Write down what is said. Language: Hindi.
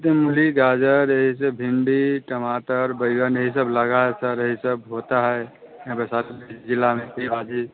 तो मूली गाजर यही सब भिन्डी टमाटर बैगन यही सब लगा है सर यही सब होता है यहाँ वैशाली ज़िला में इतनी भाजी